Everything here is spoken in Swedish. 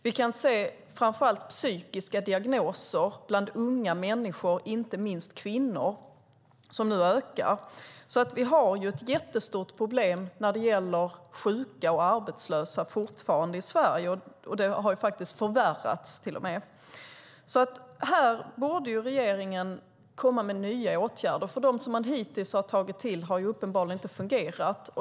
Vi kan se framför allt psykiska diagnoser bland unga människor, inte minst kvinnor, som nu ökar. Vi har alltså fortfarande ett jättestort problem när det gäller sjuka och arbetslösa i Sverige, och det har till och med förvärrats. Här borde regeringen komma med nya åtgärder, för dem man hittills har tagit till har uppenbarligen inte fungerat.